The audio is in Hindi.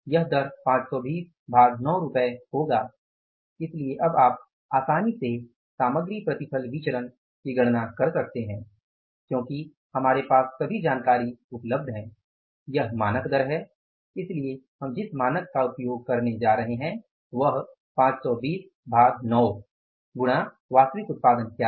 यह दर 520 भाग 9 रुपये होगा इसलिए अब आप आसानी से सामग्री प्रतिफल विचरण की गणना कर सकते हैं क्योंकि हमारे पास सभी जानकारी उपलब्ध है यह मानक दर है इसलिए हम जिस मानक का उपयोग करने जा रहे हैं वह 520 भाग 9 गुणा वास्तविक उत्पादन क्या है